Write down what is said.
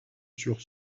sur